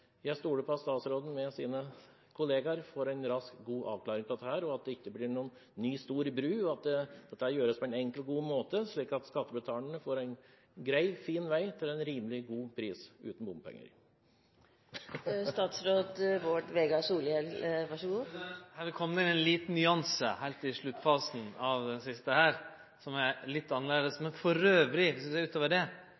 Jeg stoler på at statsråden med sine kollegaer får til en rask og god avklaring på dette, at det ikke blir noen ny stor bru, at dette gjøres på en enkel og god måte, slik at skattebetalerne får en grei og fin vei til en rimelig, god pris – uten bompenger. Her kom det ein liten nyanse heilt i sluttfasen som er litt annleis. Men elles vil eg gjenta at eg er einig i at det